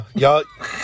Y'all